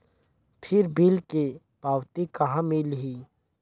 फिर बिल के पावती कहा मिलही?